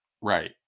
right